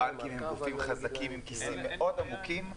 הבנקים הם גופים חזקים עם כיסים מאוד עמוקים.